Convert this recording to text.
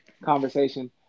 conversation